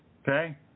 Okay